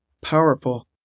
powerful